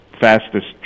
fastest